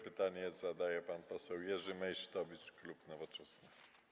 Pytanie zadaje pan poseł Jerzy Meysztowicz, klub Nowoczesna.